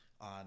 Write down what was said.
on